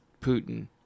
Putin